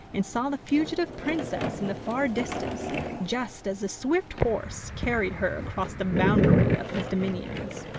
and saw the fugitive princess in the far distance just as the swift horse carried her across the boundary of his dominions.